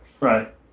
right